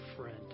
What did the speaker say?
friend